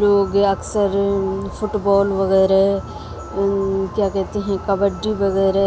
لوگ اکثر football وغیرہ کیا کہتے ہیں کبڈی وغیرہ